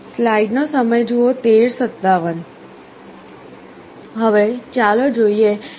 હવે ચાલો જોઈએ કે આ ચેનલો કેવી રીતે કાર્ય કરે છે